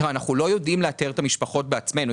אנחנו לא יודעים לאתר את המשפחות בעצמנו.